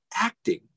acting